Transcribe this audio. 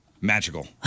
Magical